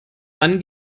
dann